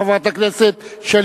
חברת הכנסת שלי